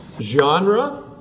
genre